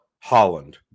Holland